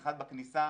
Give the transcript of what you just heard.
אחד בכניסה